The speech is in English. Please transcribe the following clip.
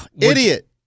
Idiot